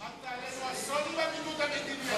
הבאת עלינו אסון עם הבידוד המדיני הזה.